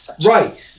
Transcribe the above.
right